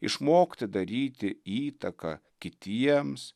išmokti daryti įtaką kitiems